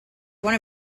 one